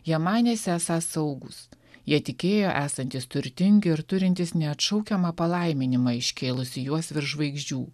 jie manėsi esą saugūs jie tikėjo esantys turtingi ir turintys neatšaukiamą palaiminimą iškėlusį juos virš žvaigždžių